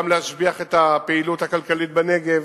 גם להשביח את הפעילות הכלכלית בנגב,